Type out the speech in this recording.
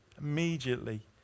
immediately